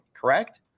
Correct